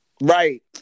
Right